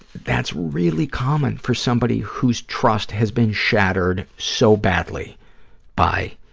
that's really common for somebody whose trust has been shattered so badly by